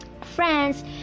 friends